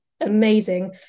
amazing